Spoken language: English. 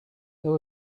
there